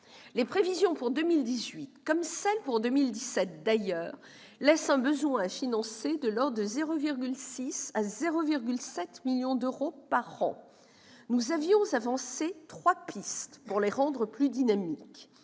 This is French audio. Les prévisions pour 2018, comme celles pour 2017 d'ailleurs, laissent un besoin à financer de l'ordre de 0,6 million à 0,7 million d'euros par an. Nous avions avancé trois pistes pour les rendre plus dynamiques